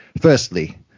Firstly